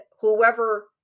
whoever